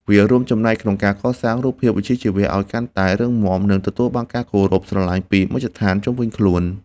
វារួមចំណែកក្នុងការកសាងរូបភាពវិជ្ជាជីវៈ ឱ្យកាន់តែរឹងមាំ និងទទួលបានការគោរពស្រឡាញ់ពីមជ្ឈដ្ឋានជុំវិញខ្លួន។